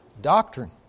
Doctrine